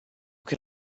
can